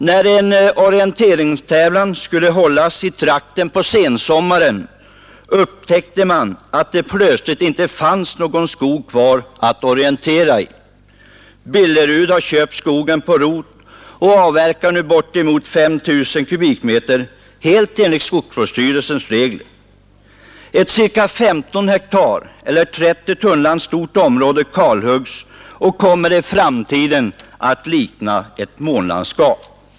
När en orienteringstävling skulle hållas i trakten på sensommaren upptäckte man att det plötsligt inte fanns någon skog kvar att orientera i. Billerud har köpt skogen på rot och avverkar bort emot 5 000 kubikmeter, helt enligt skogsvårdsstyrelsens regler. Ett ca 15 hektar eller 30 tunnland stort område kalhuggs och kommer i framtiden att likna ett månlandskap.